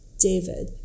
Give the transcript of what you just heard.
David